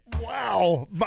Wow